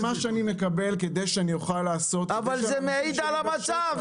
אני שמח על מה שאני מקבל כדי שאוכל לעשות --- אבל זה מעיד על המצב.